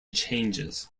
changes